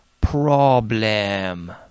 problem